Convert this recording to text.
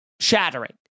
shattering